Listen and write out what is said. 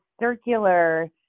circular